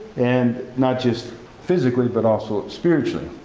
and not just physically, but also spiritually.